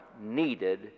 needed